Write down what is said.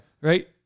Right